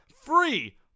free